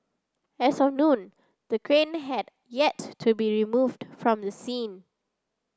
as of noon the crane had yet to be removed from the scene